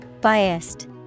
Biased